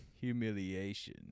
Humiliation